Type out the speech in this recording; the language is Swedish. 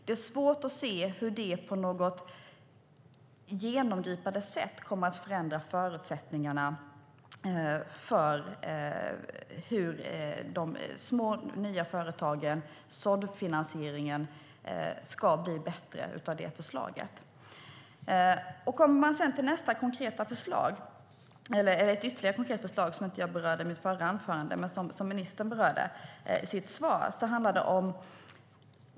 Det är svårt att se hur det på något genomgripande sätt kommer att förändra förutsättningarna för de små, nya företagen och såddfinansieringen. Hur ska de bli bättre av detta förslag? Det finns ytterligare ett konkret förslag, som jag inte berörde i mitt förra anförande men som ministern berörde i sitt svar.